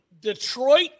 Detroit